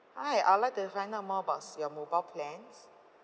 hi I would like to find out more abouts your mobile plans